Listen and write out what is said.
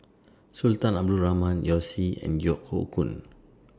Sultan Abdul Rahman Yao Zi and Yeo Hoe Koon